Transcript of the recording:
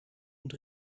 und